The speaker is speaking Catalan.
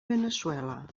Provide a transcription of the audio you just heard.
veneçuela